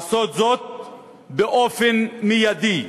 לעשות זאת באופן מיידי.